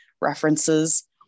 references